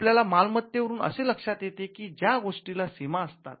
आपल्याला मालमत्ते वरून असे लक्षात येते की ज्या गोष्टीला सीमा असतात